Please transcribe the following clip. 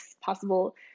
possible